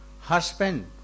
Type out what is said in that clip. husband